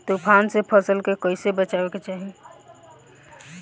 तुफान से फसल के कइसे बचावे के चाहीं?